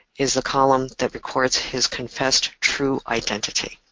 is the column that records his confessed true identity.